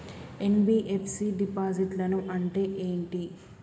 NBFC డిపాజిట్లను అంటే ఏంటి?